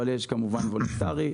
אבל יש כמובן וולונטרי.